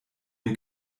dem